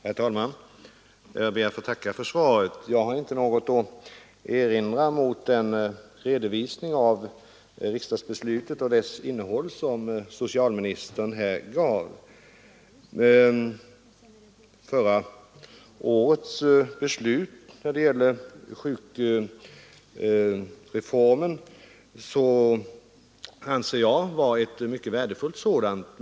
Herr talman! Jag ber att få tacka för svaret och har ingenting att erinra mot den redovisning av riksdagsbeslutet och dess innehåll som socialministern här gav. Förra årets beslut om sjukreformen var enligt min mening mycket värdefullt.